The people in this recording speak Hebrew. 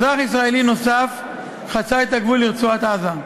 אזרח ישראלי נוסף חצה את הגבול לרצועת-עזה.